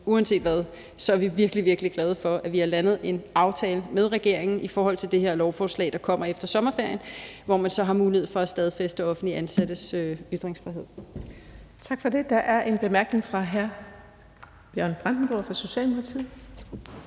Uanset hvad, er vi virkelig, virkelig glade for, at vi har landet en aftale med regeringen i forbindelse med det her lovforslag, der kommer efter sommerferien, hvor man så har mulighed for at stadfæste offentligt ansattes ytringsfrihed. Kl. 16:00 Den fg. formand (Birgitte Vind): Tak for det. Der er en kort bemærkning fra hr. Bjørn Brandenborg fra Socialdemokratiet.